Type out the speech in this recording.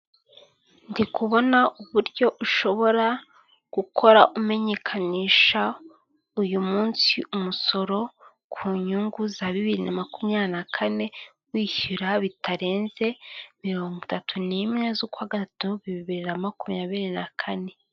Ndikubona uburyo ushobora gukora umenyekanisha uyu munsi umusoro ku nyungu za bibiri na makumya na kane wishyura bitarenze mirongo itatu n'imwe z'ukwagatatu bibiri makumyabiri na kane.